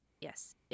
Yes